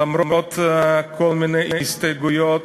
למרות כל מיני הסתייגויות,